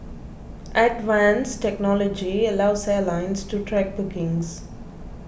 advanced technology allows airlines to track bookings